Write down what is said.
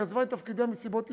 היא עזבה את תפקידה מסיבות אישיות,